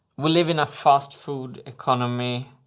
we live in a fast food economy,